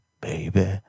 baby